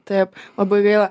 taip labai gaila